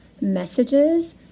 messages